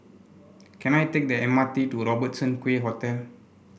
can I take the M R T to Robertson Quay Hotel